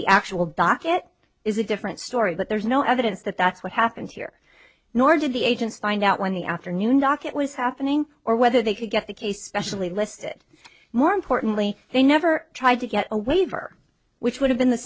the actual docket is a different story but there's no evidence that that's what happened here nor did the agents find out when the afternoon docket was happening or whether they could get the case specially listed more importantly they never tried to get a waiver which would have been the